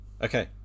Okay